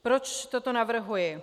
Proč toto navrhuji?